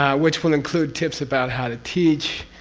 which will include tips about how to teach,